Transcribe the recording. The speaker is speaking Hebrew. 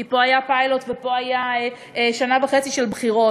כי פה היה פיילוט ופה היה עניין של שנה וחצי של בחירות,